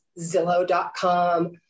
Zillow.com